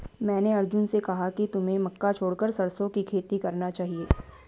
मैंने अर्जुन से कहा कि तुम्हें मक्का छोड़कर सरसों की खेती करना चाहिए